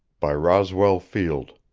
by roswell field